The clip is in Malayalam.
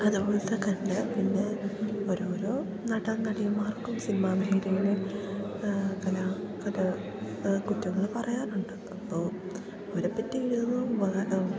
അതുപോ ലെ തന്നെ പിന്നെ ഓരോ ഓരോ നടൻ നടിമാർക്കും സിനിമാ മേഖലയിൽ കലാ കുറ്റങ്ങൾ പറയാറുണ്ട് അപ്പോൾ അവരെ പറ്റി